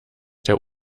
der